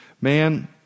Man